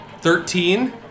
Thirteen